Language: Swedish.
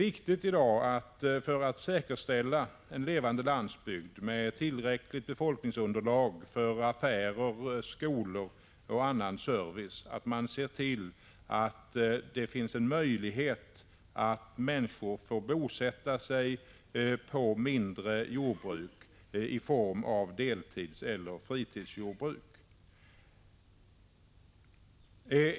För att säkerställa en levande landsbygd med tillräckligt befolkningsunderlag för affärer, skolor och annan service är det i dag viktigt att se till att det finns möjlighet för människor att bosätta sig på mindre jordbruk i form av deltidseller fritidsjordbruk.